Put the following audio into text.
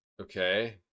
Okay